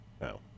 No